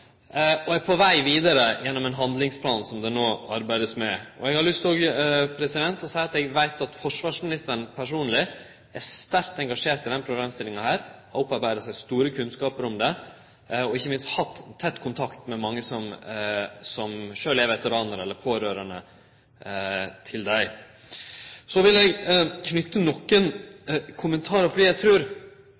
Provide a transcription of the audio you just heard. og vi er på veg vidare gjennom ein handlingsplan som ein no arbeider med. Eg har lyst til å seie at eg veit at forsvarsministeren personleg er sterkt engasjert i denne problemstillinga. Ho har opparbeidd seg stor kunnskap, og ho har ikkje minst hatt tett kontakt med mange som sjølve er veteranar eller pårørande til dei. Så vil eg knyte nokre kommentarar til dette. Eg trur,